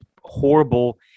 horrible